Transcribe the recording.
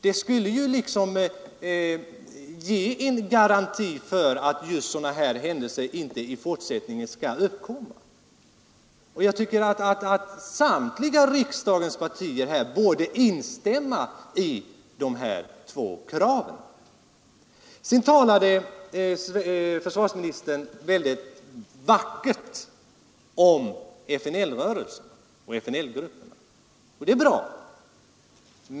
Det skulle ge en garanti för att just sådana här händelser i fortsättningen inte skall inträffa. Jag tycker att samtliga riksdagspartier borde instämma i de här två kraven. Sedan talade försvarsministern väldigt vackert om FNL-rörelsen och FNL-grupperna. Det är bra.